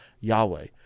Yahweh